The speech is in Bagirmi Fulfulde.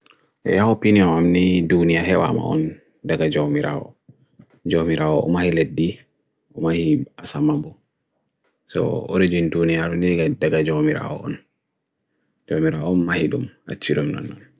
yaw opin yaw amni dunia hewam on daga joamirao. joamirao oma hi leddi, oma hi asamambo. so origin dunia arun ni daga joamirao on. joamirao oma hi dum, achiram nan nan.